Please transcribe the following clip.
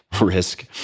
risk